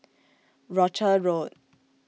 Rochor Road